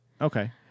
Okay